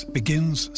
begins